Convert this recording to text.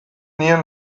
nien